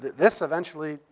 this eventually,